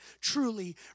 truly